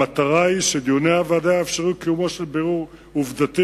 המטרה היא שדיוני הוועדה יאפשרו קיומו של בירור עובדתי,